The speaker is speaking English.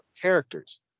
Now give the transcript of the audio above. characters